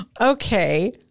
Okay